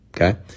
okay